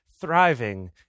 thriving